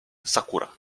sakura